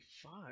fuck